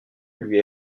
lui